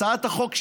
הצעת החוק,